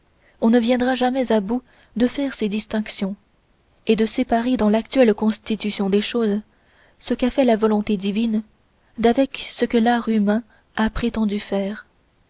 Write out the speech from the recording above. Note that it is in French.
on ne viendra jamais à bout de faire ces distinctions et de séparer dans l'actuelle constitution des choses ce qu'a fait la volonté divine d'avec ce que l'art humain a prétendu faire